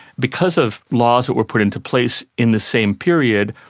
because of laws that were put into place in the same period,